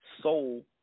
soul